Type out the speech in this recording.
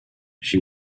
she